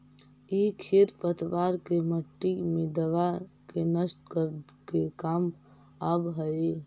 इ खेर पतवार के मट्टी मे दबा के नष्ट करे के काम आवऽ हई